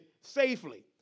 safely